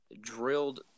drilled